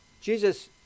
Jesus